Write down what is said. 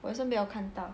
我也是没有看到